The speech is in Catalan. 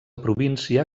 província